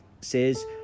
says